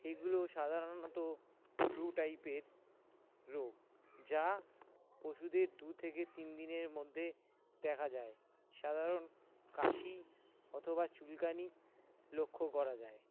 এগুলো সাধারণত ফ্লু টাইপের রোগ যা পশুদের দু থেকে তিন দিনের মধ্যে দেখা যায় সাধারণ কাশি অথবা চুলকানি লক্ষ্য করা যায়